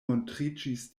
montriĝis